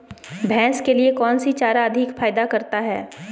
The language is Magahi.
भैंस के लिए कौन सी चारा अधिक फायदा करता है?